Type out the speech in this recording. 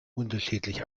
unterschiedlich